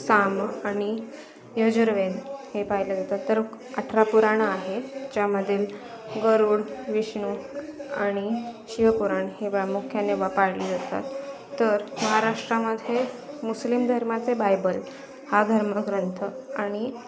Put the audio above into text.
साम आणि यजुर्वेद हे पाहिले जातात तर अठरा पुराणं आहे ज्यामधील गरुड विष्णू आणि शिवपुराण हे प्रामुख्याने वा पाळली जातात तर महाराष्ट्रामध्ये मुस्लिम धर्माचे बायबल हा धर्मग्रंथ आणि